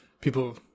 People